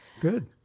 Good